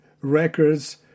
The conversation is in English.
Records